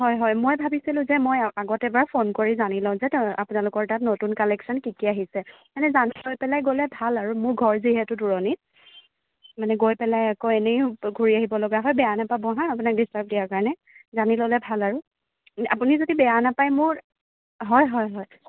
হয় হয় মই ভাবিছিলো যে মই আগত এবাৰ ফোন কৰি জানি লওঁ যে আপোনালোকৰ তাত নতুন কালেকশ্যন কি কি আহিছে মানে জানি লৈ পেলাই গ'লে ভাল আৰু মোৰ ঘৰ যিহেতু দূৰণিত মানে গৈ পেলাই আকৌ এনেই ঘূৰি আহিব লগা হয় বেয়া নাপাব হা আপোনাক দিষ্টাৰ্ব দিয়াৰ কাৰণে জানি ল'লে ভাল আৰু আপুনি যদি বেয়া নাপাই মোৰ হয় হয় হয়